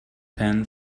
pan